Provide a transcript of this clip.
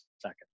second